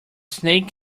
snake